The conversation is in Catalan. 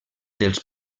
dels